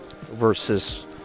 versus